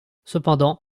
cependant